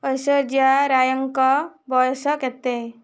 ଐଶ୍ୱର୍ଯ୍ୟା ରାୟଙ୍କ ବୟସ କେତେ